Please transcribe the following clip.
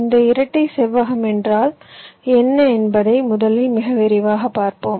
இந்த இரட்டை செவ்வகம் என்றால் என்ன என்பதை முதலில் மிக விரைவாக பார்ப்போம்